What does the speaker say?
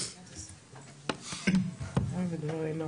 אני כאן.